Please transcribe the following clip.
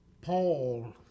Paul